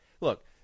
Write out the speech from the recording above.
Look